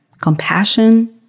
compassion